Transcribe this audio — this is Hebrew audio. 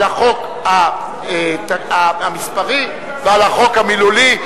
על החוק המספרי ועל החוק המילולי,